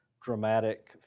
dramatic